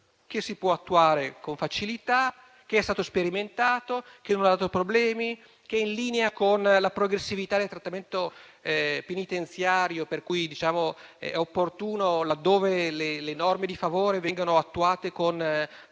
che si può attuare con facilità, che è stato sperimentato, che non ha dato problemi, che è in linea con la progressività del trattamento penitenziario, per cui, laddove le norme di favore vengano attuate con attenzione